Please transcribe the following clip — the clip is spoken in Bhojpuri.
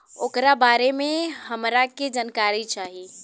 ओकरा बारे मे हमरा के जानकारी चाही?